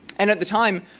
and at the time,